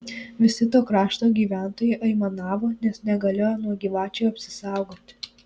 visi to krašto gyventojai aimanavo nes negalėjo nuo gyvačių apsisaugoti